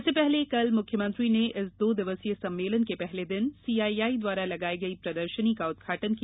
इससे पूर्व कल मुख्यमंत्री ने इस दो दिवसीय सम्मेलन के पहले दिन सीआईआई द्वारा लगाई गई प्रदर्शनी का उद्घाटन किया